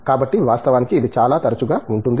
కాబట్టి వాస్తవానికి ఇది చాలా తరచుగా ఉంటుంది